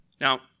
Now